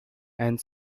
and